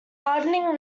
harding